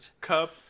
cup